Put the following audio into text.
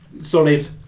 solid